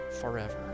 forever